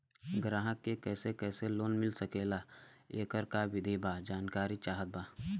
ग्राहक के कैसे कैसे लोन मिल सकेला येकर का विधि बा जानकारी चाहत बा?